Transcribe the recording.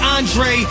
Andre